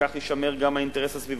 וכך יישמר גם האינטרס הסביבתי.